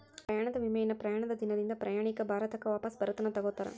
ಪ್ರಯಾಣದ ವಿಮೆಯನ್ನ ಪ್ರಯಾಣದ ದಿನದಿಂದ ಪ್ರಯಾಣಿಕ ಭಾರತಕ್ಕ ವಾಪಸ್ ಬರತನ ತೊಗೋತಾರ